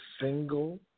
single